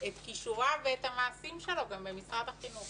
את כישוריו ואת המעשים שלו גם במשרד החינוך.